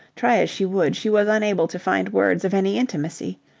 try as she would, she was unable to find words of any intimacy.